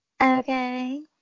Okay